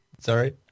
Sorry